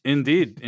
Indeed